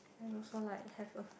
and also like have a